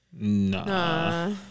Nah